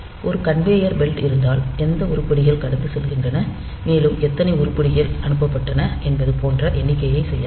ஒரு conveyor belt இருந்தால் எந்த உருப்படிகள் கடந்து செல்கின்றன மேலும் எத்தனை உருப்படிகள் அனுப்பப்பட்டன என்பது போன்ற எண்ணிக்கையை செய்யலாம்